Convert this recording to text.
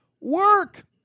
work